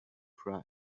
cry